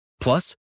Plus